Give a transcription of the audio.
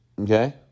Okay